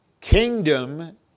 Kingdom